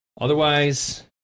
otherwise